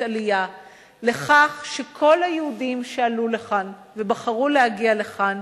עלייה לכך שכל היהודים שעלו לכאן ובחרו להגיע לכאן